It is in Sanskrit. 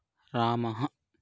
रामः